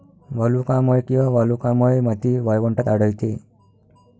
वालुकामय किंवा वालुकामय माती वाळवंटात आढळते